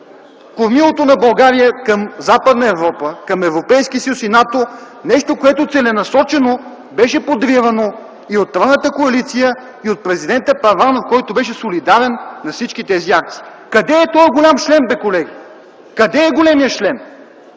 кормилото на България към Западна Европа, към Европейския съюз и НАТО – нещо, което целенасочено беше подривано и от тройната коалиция, и от президента Първанов, който беше солидарен на всички тези акции. Къде е този голям шлем бе, колеги? Къде е големият шлем?